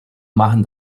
machen